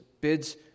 bids